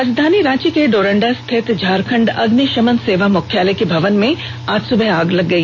राजधानी रांची के डोरण्डा स्थित झारखंड अग्निशमन सेवा मुख्यालय के भवन में आज सुबह आग लग गई